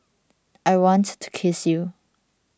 I want to kiss you